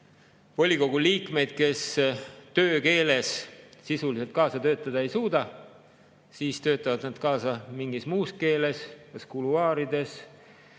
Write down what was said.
volikogu liikmed töökeeles sisuliselt kaasa töötada ei suuda, siis nad töötavad kaasa mingis muus keeles kas kuluaarides